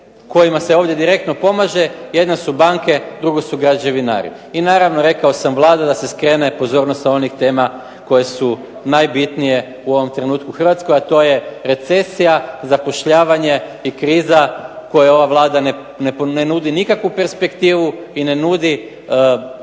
kojima se ovdje direktno pomaže. Jedno su banke, drugo su građevinari. I naravno, rekao sam Vlada da se skrene pozornost sa onih tema koje su najbitnije u ovom trenutku u Hrvatskoj a to je recesija, zapošljavanje i kriza kojoj ova Vlada ne nudi nikakvu perspektivu i ne nudi